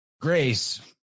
grace